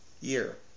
year